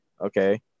okay